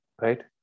right